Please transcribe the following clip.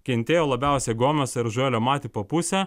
kentėjo labiausiai gomezo ir žoelio matipo pusė